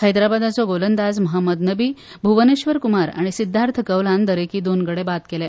हैद्राबादाचो गोलंदाज महम्मद नबी भुवनेश्वर कुमार आनी सिध्दार्थ कौलान दरएकी दोन गडे बाद केले